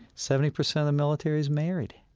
seventy percent of the military is married.